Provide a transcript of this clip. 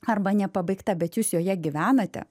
arba nepabaigta bet jūs joje gyvenate